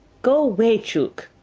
go way, chook!